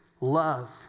love